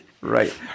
right